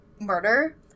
murder